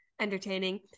entertaining